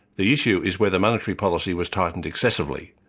the issue is whether monetary policy was tightened excessively,